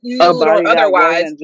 otherwise